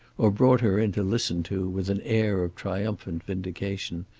or brought her in to listen to, with an air of triumphant vindication,